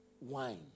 wine